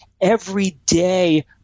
everyday